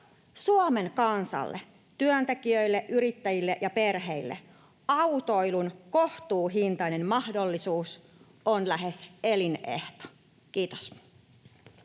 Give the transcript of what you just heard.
Suomen kansalle, työntekijöille, yrittäjille ja perheille autoilun kohtuuhintainen mahdollisuus on lähes elinehto. — Kiitos.